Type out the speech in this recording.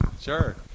sure